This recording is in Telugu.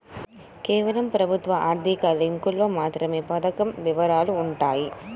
కేవలం ప్రభుత్వ అధికారిక లింకులో మాత్రమే పథకం వివరాలు వుంటయ్యి